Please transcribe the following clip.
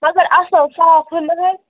مگر اَصٕل صاف حظ مَگر